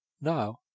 Now—